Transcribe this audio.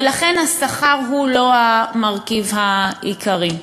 ולכן השכר הוא לא המרכיב העיקרי.